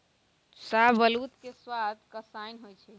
शाहबलूत के सवाद कसाइन्न होइ छइ